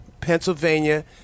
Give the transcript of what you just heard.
Pennsylvania